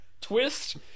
Twist